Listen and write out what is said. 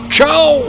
Ciao